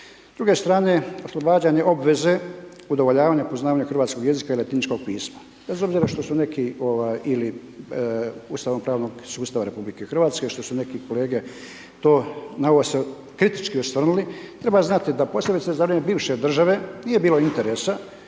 S druge strane, oslobađanje obveze, udovoljavanje poznavanja hrvatskog jezika i latiničkog pisma. Bez obzira što su neki ili ustavnopravnog sustava RH, što su neki kolege to malo je kritički osvrnuli, treba znati da posebice za vrijeme bivše države nije bilo interesa